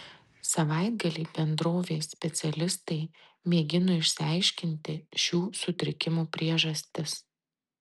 savaitgalį bendrovės specialistai mėgino išsiaiškinti šių sutrikimų priežastis